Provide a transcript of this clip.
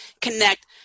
connect